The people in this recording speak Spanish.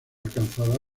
alcanzada